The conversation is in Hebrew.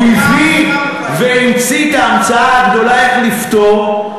הוא הביא והמציא את ההמצאה הגדולה איך לפתור,